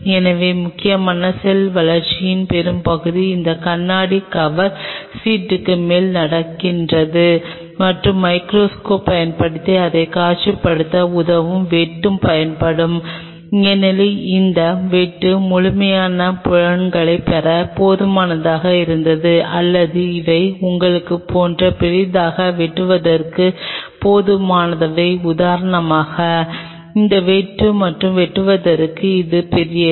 எனவே முக்கியமாக செல் வளர்ச்சியின் பெரும்பகுதி அந்த கண்ணாடி கவர் சீட்டுக்கு மேல் நடக்கிறது மற்றும் மைகிரோஸ்கோப் பயன்படுத்தி அதைக் காட்சிப்படுத்த உதவும் வெட்டுப் பயன்பாடு ஏனெனில் அந்த வெட்டு முழுமையான புலங்களைப் பெற போதுமானதாக இருந்தது அல்லது இவை உங்களைப் போன்ற பெரியதாக வெட்டுவதற்கு போதுமானவை உதாரணமாக இந்த வெட்டு மற்றும் வெட்டுவதற்கு இது பெரியது